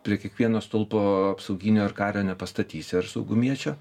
prie kiekvieno stulpo apsauginio ar kario nepastatysi ar saugumiečio